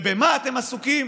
ובמה אתם עסוקים?